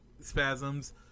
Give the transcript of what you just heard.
spasms